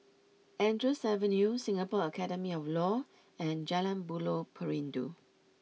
Andrews Avenue Singapore Academy of Law and Jalan Buloh Perindu